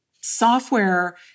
software